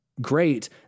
Great